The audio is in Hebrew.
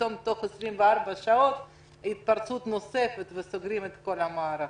ופתאום תוך 24 שעות תהיה התפרצות נוספת ויסגרו את כל המערכות.